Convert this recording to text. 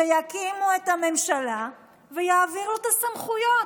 שיקימו את הממשלה ויעבירו את הסמכויות.